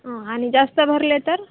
हं आणि जास्त भरले तर